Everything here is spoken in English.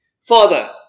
Father